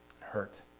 hurt